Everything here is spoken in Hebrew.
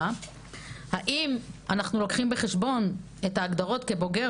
האם אנחנו לוקחים בחשבון את ההגדרות כבוגר